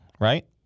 right